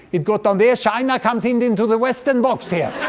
it got down there china comes into the western box here.